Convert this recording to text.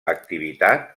activitat